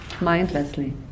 mindlessly